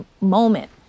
moment